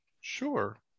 sure